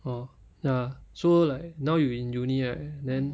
oh ya so like now you in uni right then